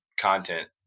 content